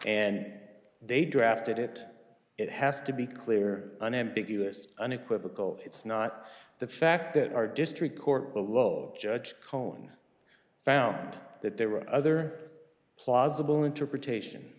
and they drafted it it has to be clear unambiguous unequivocal it's not the fact that our district court below judge cohn found that there were other plausible interpretation